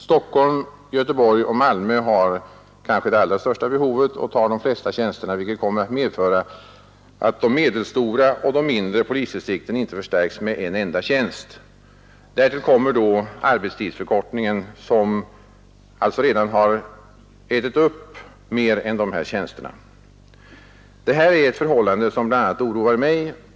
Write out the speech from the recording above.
Stockholm, Göteborg och Malmö har kanske det allra största behovet och tar de flesta tjänsterna, vilket kommer att medföra att de medelstora och mindre polisdistrikten inte förstärks med en enda tjänst. Därtill kommer arbetstidsförkortningen, som alltså redan har ätit upp mer än dessa tjänster. Det är ett förhållande som bl.a. oroar mig.